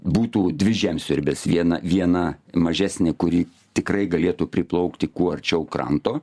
būtų dvi žemsiurbės vieną viena mažesnį kurį tikrai galėtų priplaukti kuo arčiau kranto